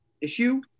issue